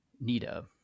Nita